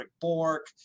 Bork